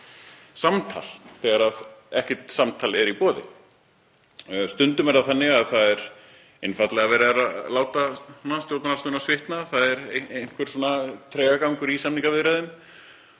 samtal þegar ekkert samtal er í boði. Stundum er það þannig að það er einfaldlega verið að láta stjórnarandstöðuna svitna, það er einhver tregagangur í samningaviðræðum.